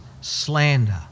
slander